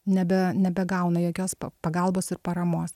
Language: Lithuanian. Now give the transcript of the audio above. nebe nebegauna jokios pagalbos ir paramos